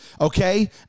Okay